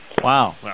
Wow